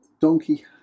donkey